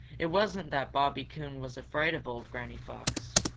it wasn't that bobby coon was afraid of old granny fox.